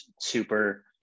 super